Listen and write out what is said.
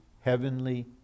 heavenly